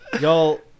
Y'all